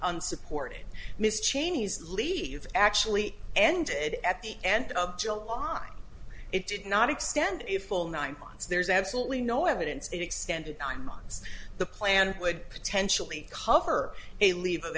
unsupported miss chaney's leave actually ended at the end of july it did not extend a full nine months there's absolutely no evidence that extended nine months the plan would potentially cover a leave of